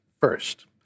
first